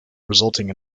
resulting